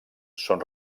són